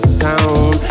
sound